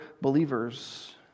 believers